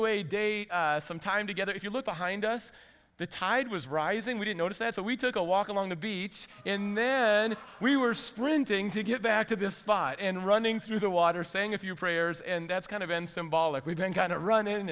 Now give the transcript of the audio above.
away day some time together if you look behind us the tide was rising we didn't notice that so we took a walk along the beach in then we were sprinting to get back to this spot and running through the water saying if your prayers and that's kind of an symbolic we've been kind of run in